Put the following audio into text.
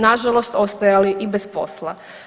Na žalost ostajali i bez posla.